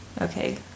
okay